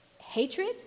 hatred